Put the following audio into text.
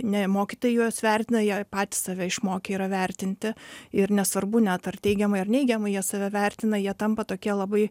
ne mokytojai juos vertina jie patys save išmokę yra vertinti ir nesvarbu net ar teigiamai ar neigiamai jie save vertina jie tampa tokie labai